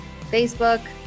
Facebook